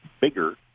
bigger